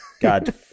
god